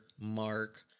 mark